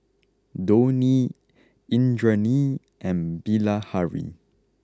Dhoni Indranee and Bilahari